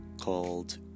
called